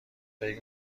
فکر